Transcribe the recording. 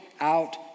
out